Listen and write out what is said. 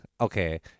okay